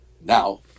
Now